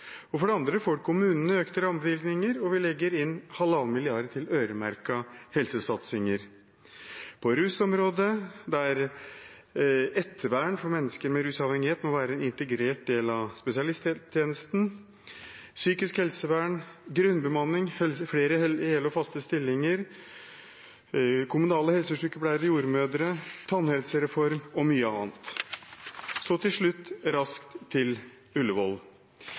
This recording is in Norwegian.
forslag. For det andre får kommunene økte rammebevilgninger, og vi legger inn halvannen milliard til øremerkede helsesatsinger – på rusområdet, der ettervern for mennesker med rusavhengighet må være en integrert del av spesialisthelsetjenesten, og til psykisk helsevern, grunnbemanning, flere hele og faste stillinger, kommunale helsesykepleiere, jordmødre, tannhelsereform og mye annet. Til slutt raskt til